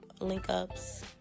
link-ups